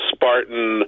Spartan